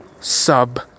sub